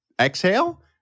exhale